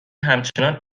همچنان